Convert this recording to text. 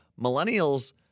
Millennials